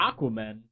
Aquaman